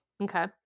Okay